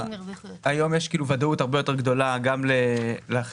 היום יש ודאות הרבה יותר גדולה גם לחברות.